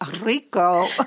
Rico